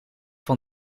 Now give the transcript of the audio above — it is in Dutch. van